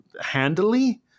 handily